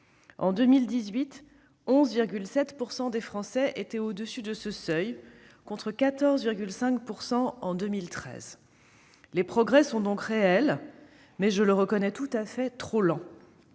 En 2018, 11,7 % des Français étaient au-dessus de ce seuil, contre 14,5 % en 2013. Les progrès sont donc réels, mais, je le reconnais tout à fait, trop lents.